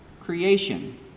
creation